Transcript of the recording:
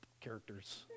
characters